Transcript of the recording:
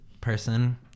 person